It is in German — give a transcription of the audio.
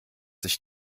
sich